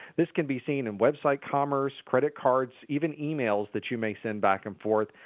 this can be seen in website commerce, credit cards, even emails that you may send back and forth.